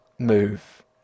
move